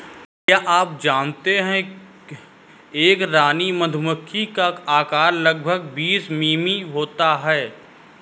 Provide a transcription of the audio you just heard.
क्या आप जानते है एक रानी मधुमक्खी का आकार लगभग बीस मिमी होता है?